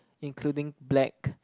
including black